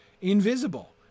invisible